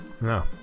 No